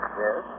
yes